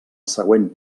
següent